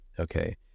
Okay